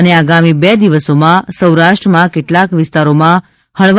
અને આગામી બે દિવસોમાં સૌરાષ્ટ્રમાં કેટલાક વિસ્તારોમાં હળવા